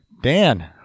Dan